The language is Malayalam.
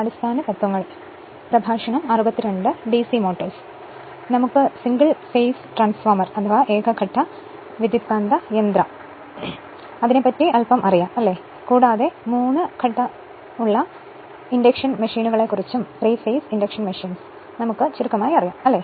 അങ്ങനെ നമുക്ക് സിംഗിൾ ഫേസ് ട്രാൻസ്ഫോർമറിനെക്കുറിച്ച് അൽപ്പം അറിയാം കൂടാതെ 3 ഫേസ് ഇൻഡക്ഷൻ മെഷീനുകളെക്കുറിച്ചും നമുക്ക് ചുരുക്കമായി അറിയാം അല്ലേ